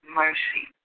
mercy